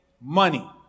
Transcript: money